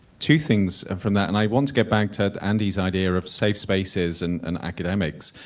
two things from that, and i want to get back to andy's idea of safe spaces and and academics,